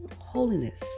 holiness